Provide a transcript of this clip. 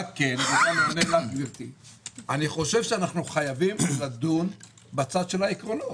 מה כן - אני חושב שעלינו לדון בצד העקרונות